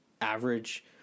average